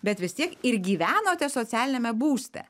bet vis tiek ir gyvenote socialiniame būste